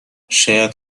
شاید